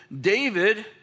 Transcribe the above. David